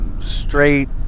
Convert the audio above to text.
straight